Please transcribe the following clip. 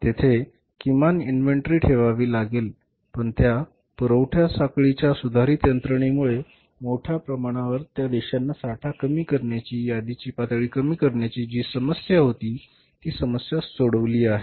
तेथे किमान इन्व्हेंटरी ठेवावी लागेल पण त्या पुरवठा साखळीच्या सुधारित यंत्रणेमुळे मोठ्या प्रमाणावर त्या देशांनी साठा कमी करण्याची यादीची पातळी कमी करण्याची जी समस्या होती ती समस्या सोडविली आहे